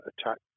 attack